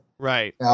Right